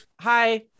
Hi